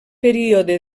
període